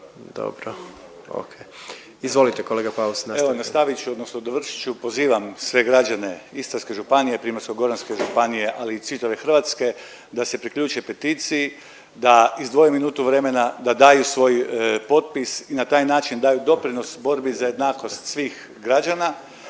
Dobro, ok. Izvolite kolega Paus, nastavite. **Paus, Dalibor (IDS)** Evo nastavit ću odnosno dovršit ću pozivam sve građane Istarske županije, Primorsko goranske županije ali i čitave Hrvatske da se priključe peticiji, da izdvoje minutu vremena, da daju svoj potpis i na taj način daju doprinos borbi za jednakost svih građana